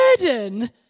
burden